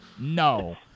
No